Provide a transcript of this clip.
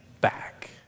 back